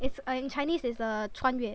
it's uh in Chinese it's a 穿越